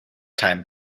time